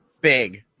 Big